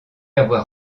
avoir